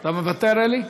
אתה מוותר, אלי?